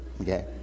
Okay